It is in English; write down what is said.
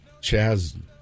Chaz